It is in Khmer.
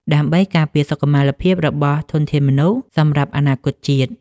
ដើម្បីការពារសុខុមាលភាពរបស់ធនធានមនុស្សសម្រាប់អនាគតជាតិ។